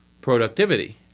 productivity